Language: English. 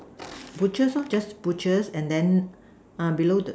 butchers lor just butchers and then uh below the